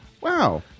wow